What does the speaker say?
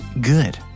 good